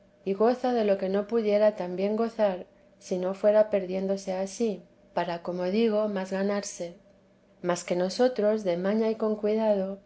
y goza de lo que no pudiera tan bien gozar si no fuera perdiéndose a sí para como digo más ganarse mas que nosotros de maña y con cuidado